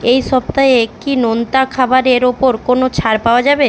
এই সপ্তাহে কি নোনতা খাবারের ওপর কোনও ছাড় পাওয়া যাবে